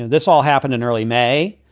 this all happened in early may.